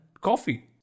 coffee